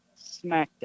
SmackDown